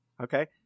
okay